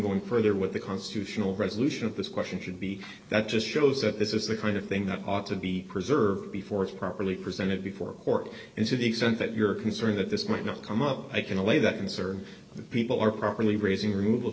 going further with the constitutional resolution of this question should be that just shows that this is the kind of thing that ought to be preserved before it's properly presented before a court and to the extent that you're concerned that this might not come up i can allay that concern people are properly raising removal